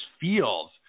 feels